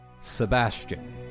Sebastian